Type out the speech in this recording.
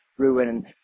Ruin